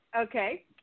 Okay